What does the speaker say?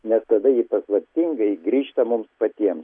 nes tada ji paslaptingai grįžta mums patiems